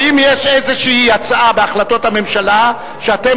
האם יש איזו הצעה בהחלטות הממשלה שאתם